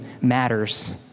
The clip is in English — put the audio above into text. matters